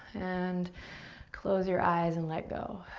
and close your eyes, and let go.